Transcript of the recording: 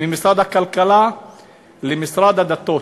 במשרד הכלכלה למשרד הדתות,